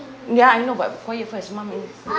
ya I know but quiet first mom